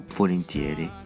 volentieri